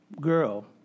girl